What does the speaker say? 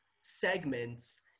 segments